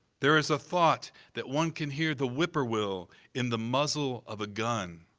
there is a thought that one can hear the whippoorwill in the muzzle of a gun.